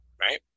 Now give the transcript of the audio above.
right